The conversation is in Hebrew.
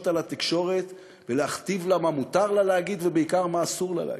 על התקשורת ולהכתיב לה מה מותר לה להגיד ובעיקר מה אסור לה להגיד?